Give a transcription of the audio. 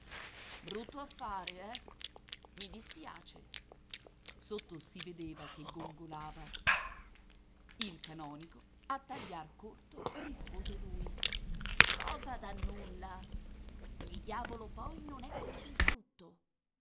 gesualdo brutto affare eh i dispiace sotto si vedeva che gongolava il canonico a tagliar corto rispose lui cosa da nulla il diavolo poi non è così brutto